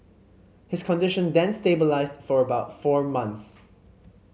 his condition then stabilised for about four months